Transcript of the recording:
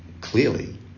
clearly